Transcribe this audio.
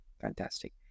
Fantastic